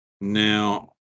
Now